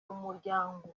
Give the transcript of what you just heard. umuryango